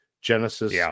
Genesis